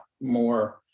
more